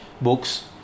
books